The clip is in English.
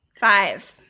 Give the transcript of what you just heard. Five